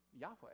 yahweh